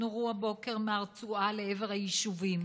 נורו הבוקר מהרצועה לעבר היישובים.